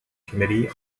committee